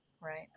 Right